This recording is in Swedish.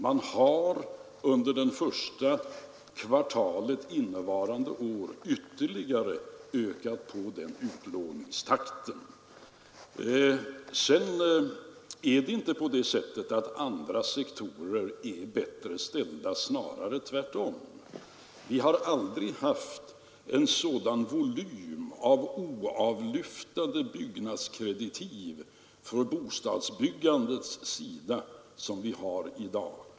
Man har under det första kvartalet innevarande år ytterligare ökat på den utlåningstakten. Inte heller är andra sektorer bättre ställda, snarare tvärtom. Vi har aldrig haft en sådan volym av oavlyfta byggnadskreditiv från bostadsbyggandets sida som vi har i dag.